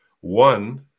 One